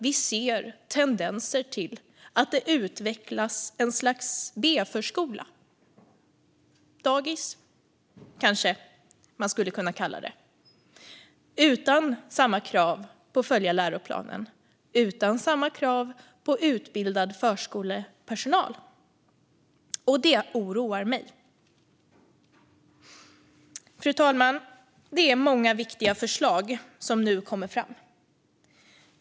Vi ser tendenser till att det utvecklas ett slags B-förskola - dagis skulle man kanske kunna kalla det - utan samma krav på att följa läroplanen och utan samma krav på utbildad förskolepersonal. Det oroar mig. Fru talman! Det är många viktiga förslag som nu kommer fram.